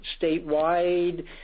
statewide